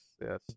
yes